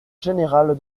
général